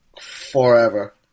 forever